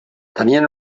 tenien